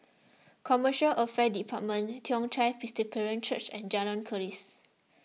Commercial Affairs Department Toong Chai Presbyterian Church and Jalan Keris